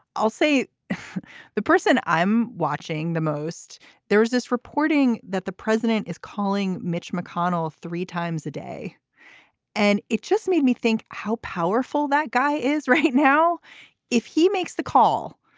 i'll say the person i'm watching the most there is this reporting that the president is calling mitch mcconnell three times a day and it just made me think how powerful that guy is right now if he makes the call.